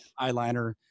eyeliner